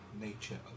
nature